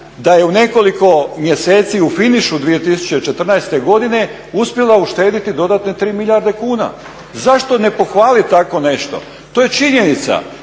da je u nekoliko mjeseci u finišu 2014. godine uspjela uštediti dodatne 3 milijarde kuna? Zašto ne pohvalit tako nešto? To je činjenica.